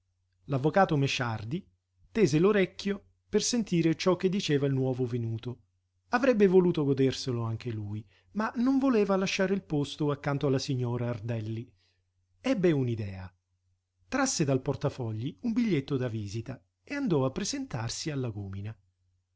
insieme l'avvocato mesciardi tese l'orecchio per sentire ciò che diceva il nuovo venuto avrebbe voluto goderselo anche lui ma non voleva lasciare il posto accanto alla signora ardelli ebbe un'idea trasse dal portafogli un biglietto da visita e andò a presentarsi al lagúmina